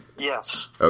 Yes